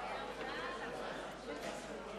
התשס"ט 2009, לוועדת הכלכלה נתקבלה.